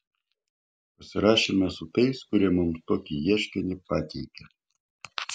pasirašėme su tais kurie mums tokį ieškinį pateikė